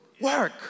work